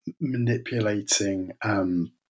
manipulating